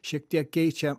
šiek tiek keičia